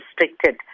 restricted